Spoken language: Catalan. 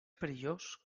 perillós